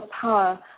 power